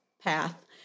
path